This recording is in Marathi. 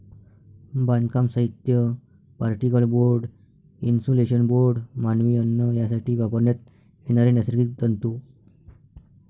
बांधकाम साहित्य, पार्टिकल बोर्ड, इन्सुलेशन बोर्ड, मानवी अन्न यासाठी वापरण्यात येणारे नैसर्गिक तंतू